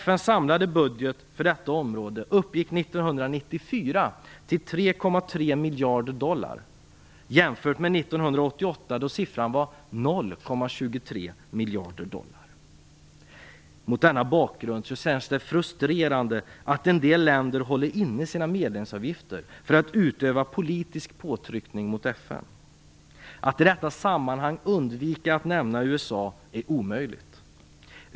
FN:s samlade budget på detta område uppgick 1994 till 3,3 miljarder dollar, att jämföra med 1988 då siffran var 0,23 miljarder dollar. Mot denna bakgrund känns det frustrerande att en del länder håller inne sina medlemsavgifter för att utöva politisk påtryckning mot FN. Att i detta sammanhang undvika att nämna USA är omöjligt.